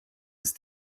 ist